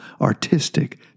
artistic